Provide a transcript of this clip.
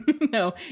no